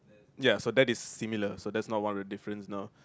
ya so that is similar so that's not one of the difference no